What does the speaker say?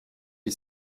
est